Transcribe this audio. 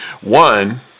One